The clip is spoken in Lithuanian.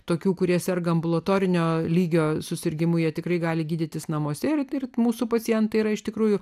tokių kurie serga ambulatorinio lygio susirgimų jie tikrai gali gydytis namuose ir tirti mūsų pacientai yra iš tikrųjų